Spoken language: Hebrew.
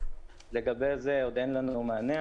לגבי זה אין לנו עדיין מענה,